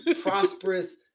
prosperous